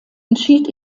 entschied